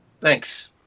Thanks